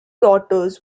daughters